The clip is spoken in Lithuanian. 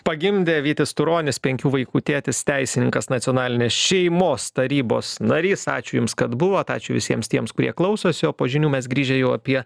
pagimdė vytis turonis penkių vaikų tėtis teisininkas nacionalinės šeimos tarybos narys ačiū jums kad buvot ačiū visiems tiems kurie klausosi o po žinių mes grįžę jau apie